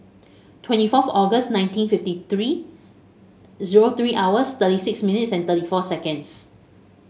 twenty fourth August nineteen fifty three zero three hours thirty six minutes thirty four seconds